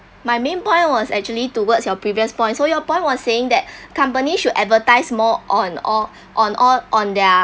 my main point was actually towards your previous points so your point was saying that companies should advertise more on all on all on their